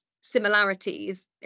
similarities